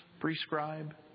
prescribe